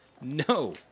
No